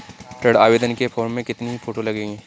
ऋण आवेदन के फॉर्म में कितनी फोटो लगेंगी?